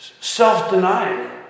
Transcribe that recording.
self-denying